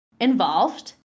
involved